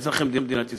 אזרחי מדינת ישראל.